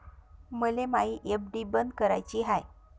मले मायी एफ.डी बंद कराची हाय